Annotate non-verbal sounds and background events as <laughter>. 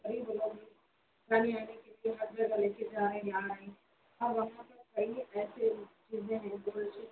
<unintelligible>